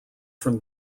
from